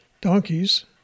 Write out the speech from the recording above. Donkeys